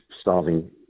starving